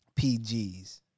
PGs